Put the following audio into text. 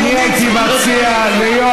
וישראל ביתנו מפחדת,